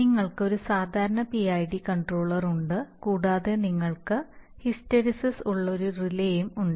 നിങ്ങൾക്ക് ഒരു സാധാരണ PID കൺട്രോളർ ഉണ്ട് കൂടാതെ നിങ്ങൾക്ക് ഹിസ്റ്റെറിസിസ് ഉള്ള ഒരു റിലേയും ഉണ്ട്